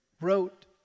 wrote